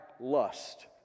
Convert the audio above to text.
lust